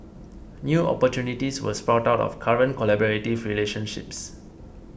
new opportunities will sprout out of current collaborative relationships